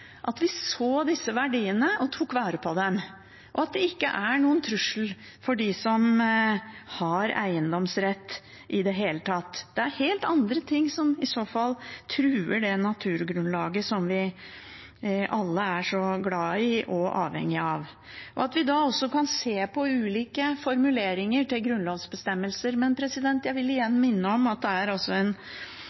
at vi så disse verdiene og tok vare på dem – og at det ikke er noen trussel for dem som har eiendomsrett, i det hele tatt. Det er helt andre ting som truer det naturgrunnlaget som vi alle er så glad i og avhengige av. Vi kan se på ulike formuleringer til grunnlovsbestemmelser, men jeg vil igjen minne om at det er en